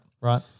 Right